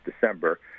December